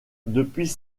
depuis